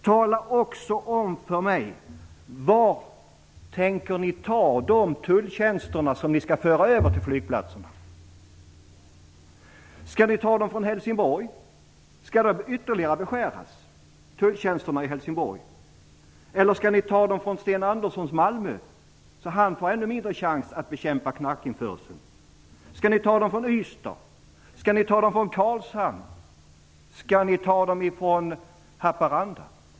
Tala också om för mig varifrån ni tänker ta de tulltjänster som ni skall föra över till flygplatsen! Skall ni ta dem från Helsingborg? Skall tulltjänsterna beskäras ytterligare i Helsingborg? Eller skall ni ta dem från Sten Anderssons Malmö, så att han får ännu mindre chans att bekämpa knarkinförseln? Skall ni ta dem från Ystad? Skall ni ta dem från Karlshamn? Skall ni ta dem från Haparanda?